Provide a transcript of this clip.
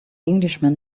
englishman